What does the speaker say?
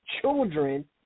children